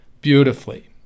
beautifully